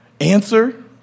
answer